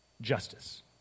Justice